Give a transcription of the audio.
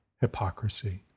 hypocrisy